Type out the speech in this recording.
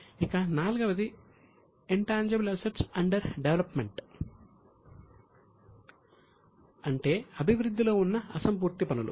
ఇక నాల్గవది intangible assets under development అంటే అభివృద్ధిలో ఉన్న అసంపూర్తి ఆస్తులు